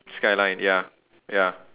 skyline ya ya